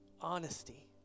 honesty